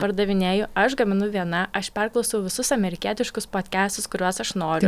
pardavinėju aš gaminu viena aš perklausau visus amerikietiškus podkestus kuriuos aš noriu